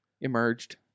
emerged